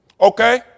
Okay